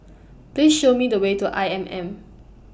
Please Show Me The Way to I M M